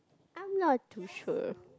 I'm not too sure